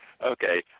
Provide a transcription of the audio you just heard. okay